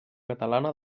catalana